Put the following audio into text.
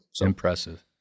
Impressive